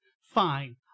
Fine